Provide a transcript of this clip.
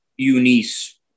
Eunice